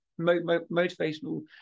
motivational